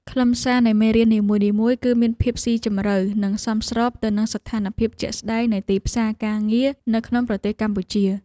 ខ្លឹមសារនៃមេរៀននីមួយៗ គឺមានភាពស៊ីជម្រៅនិងសមស្របទៅនឹងស្ថានភាពជាក់ស្តែងនៃទីផ្សារការងារនៅក្នុងប្រទេសកម្ពុជា។